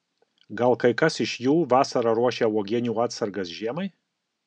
gal kai kas iš jų vasarą ruošia uogienių atsargas žiemai